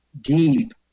deep